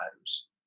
lives